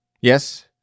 Yes